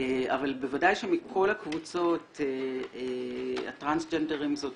אבל שמכל הקבוצות הטרנסג'נדרים זאת